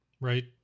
Right